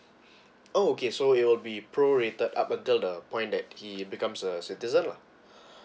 oh okay so it will be prorated up the the point that he becomes a citizen lah